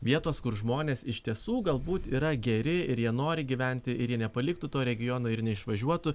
vietos kur žmonės iš tiesų galbūt yra geri ir jie nori gyventi ir jie nepaliktų to regiono ir neišvažiuotų